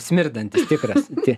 smirdantis tikras tik